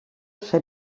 set